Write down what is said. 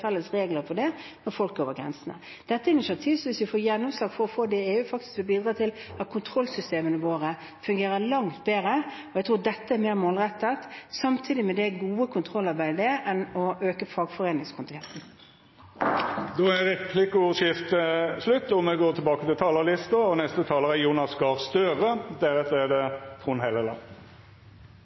felles regler for det når folk går over grensene. Dette er initiativ som hvis vi får gjennomslag i EU, faktisk vil bidra til at kontrollsystemene våre fungerer langt bedre, og jeg tror dette er mer målrettet – samtidig som det er godt kontrollarbeid – enn å øke fagforeningskontingenten. Replikkordskiftet er slutt. Norge er et land preget av mindre forskjeller og et sterkere samhold enn mange andre land. Vi har mange i arbeid og